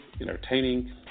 entertaining